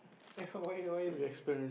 ya why you why you skipping